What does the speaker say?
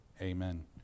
Amen